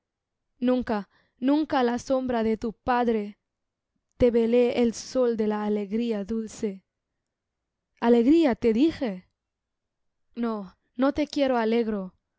nunca nunca la sombra de tu padre te vele el sol de la alegría dulce alegría te dije no no te quiero alegre